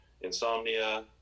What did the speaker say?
insomnia